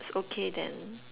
it's okay then